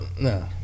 No